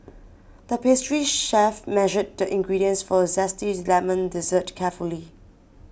the pastry chef measured the ingredients for a Zesty Lemon Dessert carefully